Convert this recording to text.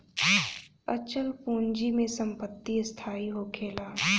अचल पूंजी में संपत्ति स्थाई होखेला